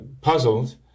puzzled